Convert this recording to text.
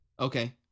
Okay